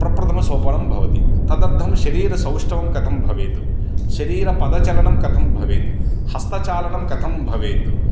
प्रथमसोपानं भवति तदर्थं शरीरसौष्ठवं कथं भवेत् शरीरपदचलनं कथं भवेत् हस्तचालनं कथं भवेत्